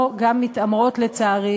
ומי שלא מוצא חן בעיניו זה גם בסדר,